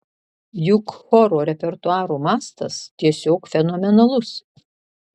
juk choro repertuaro mastas tiesiog fenomenalus